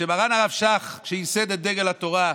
מרן הרב שך, שייסד את דגל התורה,